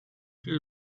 hügel